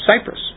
Cyprus